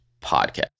podcast